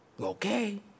Okay